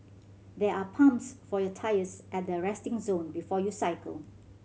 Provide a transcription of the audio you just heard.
there are pumps for your tyres at the resting zone before you cycle